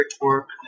work